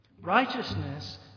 Righteousness